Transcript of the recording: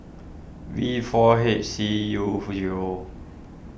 V four H C U zero